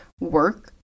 work